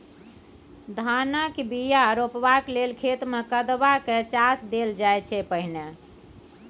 धानक बीया रोपबाक लेल खेत मे कदबा कए चास देल जाइ छै पहिने